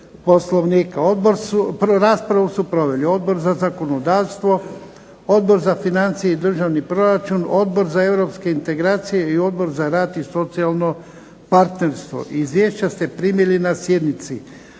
Odbor za zakonodavstvo, Odbor za financije i državni proračun, Odbor za europske integracije i Odbor za rad i socijalno partnerstvo. Izvješća ste primili na sjednici.